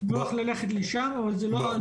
נוח ללכת לשם, אבל זה לא תמיד נכון.